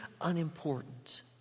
unimportant